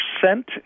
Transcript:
percent